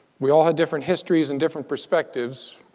we all had different histories and different perspectives,